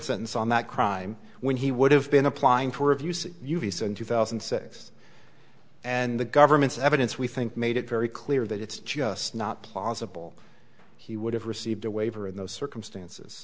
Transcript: sentence on that crime when he would have been applying for abuse u v s in two thousand and six and the government's evidence we think made it very clear that it's just not plausible he would have received a waiver in those circumstances